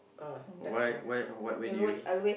what what what where did you